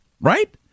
right